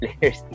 players